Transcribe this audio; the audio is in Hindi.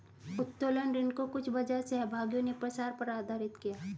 उत्तोलन ऋण को कुछ बाजार सहभागियों ने प्रसार पर आधारित किया